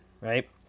right